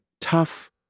tough